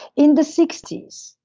in the sixty s,